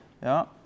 Ja